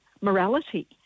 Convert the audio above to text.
morality